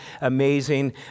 amazing